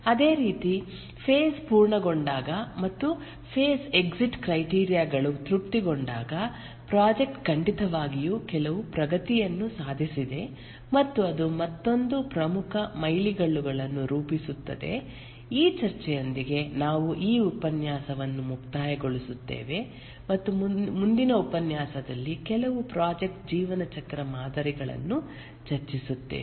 ಅದೇ ರೀತಿ ಫೆಸ್ ಪೂರ್ಣಗೊಂಡಾಗ ಮತ್ತು ಫೆಸ್ ಎಕ್ಸಿಟ್ ಕ್ರೈಟೀರಿಯ ಗಳು ತೃಪ್ತಿಗೊಂಡಾಗ ಪ್ರಾಜೆಕ್ಟ್ ಖಂಡಿತವಾಗಿಯೂ ಕೆಲವು ಪ್ರಗತಿಯನ್ನು ಸಾಧಿಸಿದೆ ಮತ್ತು ಅದು ಮತ್ತೊಂದು ಪ್ರಮುಖ ಮೈಲಿಗಲ್ಲನ್ನು ರೂಪಿಸುತ್ತದೆ ಈ ಚರ್ಚೆಯೊಂದಿಗೆ ನಾವು ಈ ಉಪನ್ಯಾಸವನ್ನು ಮುಕ್ತಾಯಗೊಳಿಸುತ್ತೇವೆ ಮತ್ತು ಮುಂದಿನ ಉಪನ್ಯಾಸದಲ್ಲಿ ಕೆಲವು ಪ್ರಾಜೆಕ್ಟ್ ಜೀವನಚಕ್ರ ಮಾದರಿಗಳನ್ನು ಚರ್ಚಿಸುತ್ತೇವೆ